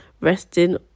resting